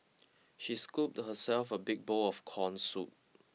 she scooped herself a big bowl of corn soup